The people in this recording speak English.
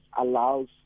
allows